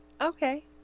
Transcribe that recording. Okay